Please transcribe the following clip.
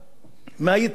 מחיק המשפחה.